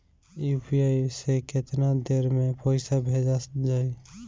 UPI से केतना देर मे पईसा भेजा जाई?